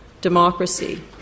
democracy